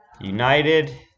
United